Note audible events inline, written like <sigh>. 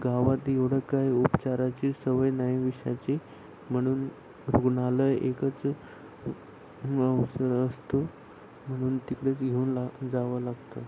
गावात एवढं काय उपचाराची सवय नाही विषाची म्हणून रुग्णालय एकच <unintelligible> असतो म्हणून तिकडेच घेऊन ला जावं लागतं